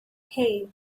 hey